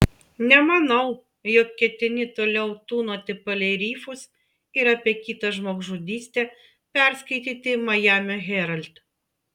nemanau jog ketini toliau tūnoti palei rifus ir apie kitą žmogžudystę perskaityti majamio herald